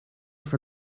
for